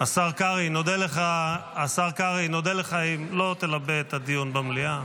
השר קרעי, נודה לך אם לא תלבה את הדיון במליאה.